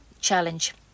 challenge